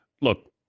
Look